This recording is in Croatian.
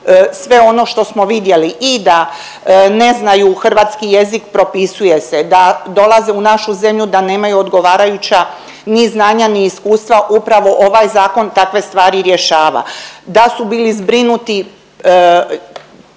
sve ono što smo vidjeli i da ne znaju hrvatski jezik propisuje se, da dolaze u našu zemlju da nemaju odgovarajuća ni znanja, ni iskustva upravo ovaj zakon takve stvari rješava, da su bili zbrinuti